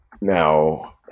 now